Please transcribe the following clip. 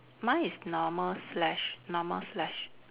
mine is normal slash normal slash